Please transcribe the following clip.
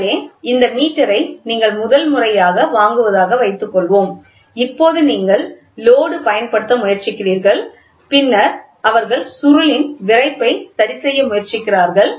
எனவே இந்த மீட்டரை நீங்கள் முதல் முறையாக வாங்குவதாக வைத்துக் கொள்வோம் இப்போது நீங்கள் லோடு பயன்படுத்த முயற்சிக்கிறார்கள் பின்னர் அவர்கள் சுருள் இன் விறைப்பை சரிசெய்ய முயற்சிக்கிறார்கள்